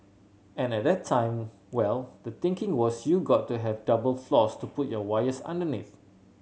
and at that time well the thinking was you got to have double floors to put your wires underneath